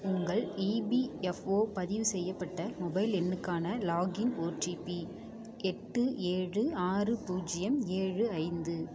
உங்கள் இபிஎஃப்ஓ பதிவு செய்யப்பட்ட மொபைல் எண்ணுக்கான லாகின் ஓடிபி எட்டு ஏழு ஆறு பூஜ்யம் ஏழு ஐந்து